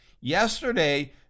Yesterday